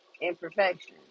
imperfection